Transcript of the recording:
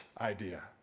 idea